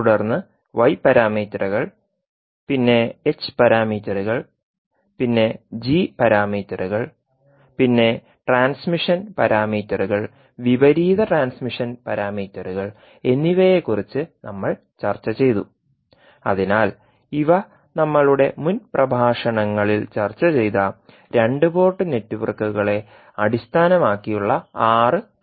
തുടർന്ന് y പാരാമീറ്ററുകൾ പിന്നെ h പാരാമീറ്ററുകൾ പിന്നെ g പാരാമീറ്ററുകൾ പിന്നെ ട്രാൻസ്മിഷൻ പാരാമീറ്ററുകൾ വിപരീത ട്രാൻസ്മിഷൻ പാരാമീറ്ററുകൾ എന്നിവയെക്കുറിച്ച് നമ്മൾ ചർച്ചചെയ്തു അതിനാൽ ഇവ നമ്മളുടെ മുൻ പ്രഭാഷണങ്ങളിൽ ചർച്ച ചെയ്ത രണ്ട് പോർട്ട് നെറ്റ്വർക്കുകളെ അടിസ്ഥാനമാക്കിയുള്ള 6 പാരാമീറ്ററുകളാണ്